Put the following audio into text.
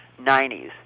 90s